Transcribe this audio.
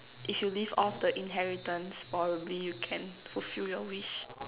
if you live off the inheritance probably you can fulfill your wish